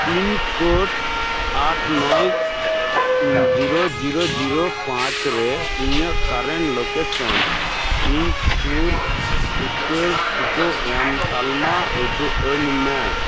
pincode ᱟᱴ ᱱᱚᱭ zero zero zero ᱯᱟᱸᱪ ᱨᱮ ᱤᱧᱟᱧᱹᱜ ᱠᱟᱨᱮᱱᱴ ᱞᱳᱠᱮᱥᱚᱱ ᱤᱧ ᱥᱩᱨ ᱩᱛᱟᱹᱨ ᱴᱤᱠᱟᱹ ᱮᱢ ᱛᱟᱞᱢᱟ ᱩᱫᱩᱜ ᱟᱹᱧ ᱢᱮ